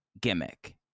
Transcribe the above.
gimmick